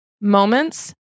moments